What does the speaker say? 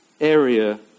area